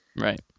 Right